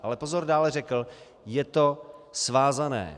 Ale pozor, dále řekl: Je to svázané.